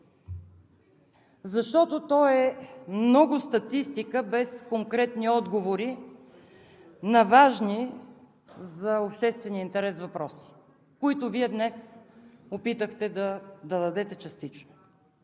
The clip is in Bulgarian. Защото той е много статистика, без конкретни отговори на важни за обществения интерес въпроси, които Вие днес опитахте да дадете частично.